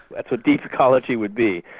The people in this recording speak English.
that's what deep ecology would be.